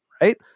right